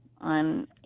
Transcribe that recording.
on